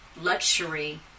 luxury